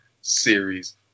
series